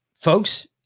folks